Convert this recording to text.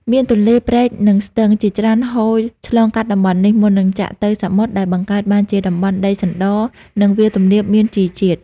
មានទន្លេ ព្រែក និងស្ទឹង ជាច្រើនហូរឆ្លងកាត់តំបន់នេះ មុននឹងចាក់ទៅសមុទ្រ ដែលបង្កើតបានជាតំបន់ដីសណ្ដ និងវាលទំនាបមានជីជាតិ។